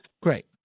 Great